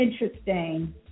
interesting